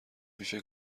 میشه